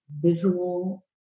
visual